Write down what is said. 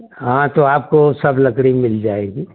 हाँ तो आपको सब लकड़ी मिल जाएगी